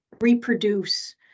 reproduce